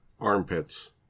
armpits